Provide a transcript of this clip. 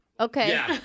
Okay